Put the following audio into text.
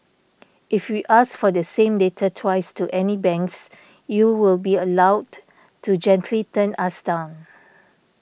if we ask for the same data twice to any banks you will be allowed to gently turn us down